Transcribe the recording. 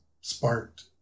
sparked